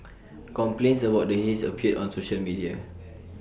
complaints about the haze appeared on social media